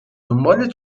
دنبال